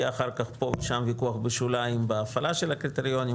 ויהיה אחר-כך פה ושם עוד ויכוח בשוליים בהפעלה של הקריטריונים,